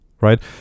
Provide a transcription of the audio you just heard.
right